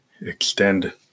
extend